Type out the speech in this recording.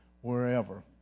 wherever